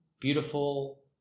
beautiful